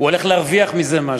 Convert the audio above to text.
הוא הולך להרוויח מזה משהו.